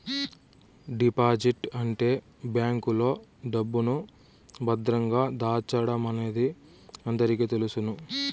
deposit అంటే బ్యాంకులో డబ్బును భద్రంగా దాచడమనేది అందరికీ తెలుసును